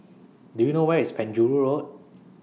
Do YOU know Where IS Penjuru Road